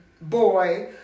boy